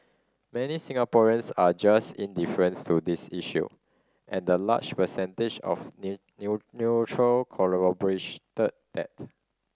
many Singaporeans are just indifference to this issue and the large percentage of neutral that